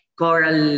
coral